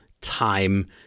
time